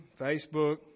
Facebook